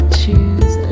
choose